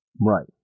Right